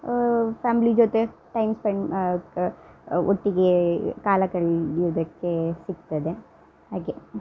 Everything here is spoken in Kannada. ಫ್ಯಾಮ್ಲಿ ಜೊತೆ ಟೈಮ್ ಸ್ಪೆಂಡ್ ಒಟ್ಟಿಗೆ ಕಾಲ ಕಳೆಯುದಕ್ಕೆ ಸಿಗ್ತದೆ ಹಾಗೆ